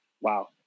Wow